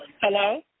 Hello